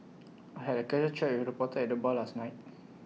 I had A casual chat with A reporter at the bar last night